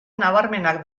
nabarmenak